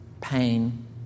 pain